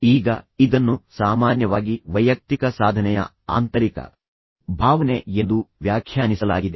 ಈಗ ಇದನ್ನು ಸಾಮಾನ್ಯವಾಗಿ ಒಳ್ಳೆಯದಕ್ಕಾಗಿ ಮಾಡುವ ಬಯಕೆ ವೈಯಕ್ತಿಕ ಸಾಧನೆಯ ಆಂತರಿಕ ಭಾವನೆ ಎಂದು ವ್ಯಾಖ್ಯಾನಿಸಲಾಗಿದೆ